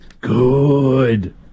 Good